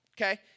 okay